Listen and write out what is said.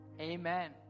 Amen